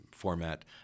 format